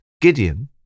Gideon